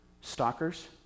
Stalkers